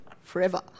forever